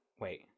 Wait